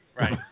Right